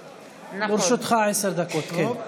לרשותך עשר דקות, כן.